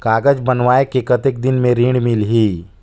कागज बनवाय के कतेक दिन मे ऋण मिलही?